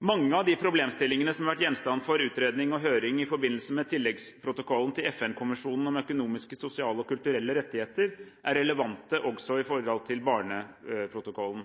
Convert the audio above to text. Mange av de problemstillingene som har vært gjenstand for utredning og høring i forbindelse med tilleggsprotokollen til FN-konvensjonen om økonomiske, sosiale og kulturelle rettigheter, er relevante også i forhold til barneprotokollen.